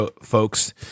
folks